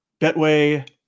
betway